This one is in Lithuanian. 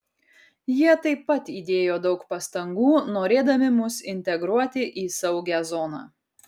jie taip pat įdėjo daug pastangų norėdami mus integruoti į saugią zoną